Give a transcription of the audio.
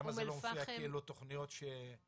אז למה זה לא מופיע כתכניות ש...